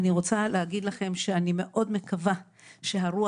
אני רוצה להגיד לכם שאני מאוד מקווה שהרוח